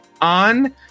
on